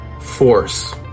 force